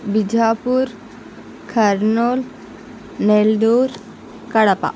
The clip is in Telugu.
భిజాపూర్ కర్నూల్ నెల్లూర్ కడప